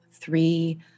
Three